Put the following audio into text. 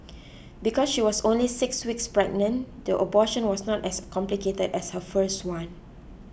because she was only six weeks pregnant the abortion was not as complicated as her first one